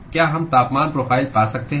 क्या हम तापमान प्रोफ़ाइल पा सकते हैं